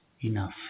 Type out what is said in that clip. enough